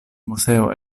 moseo